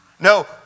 no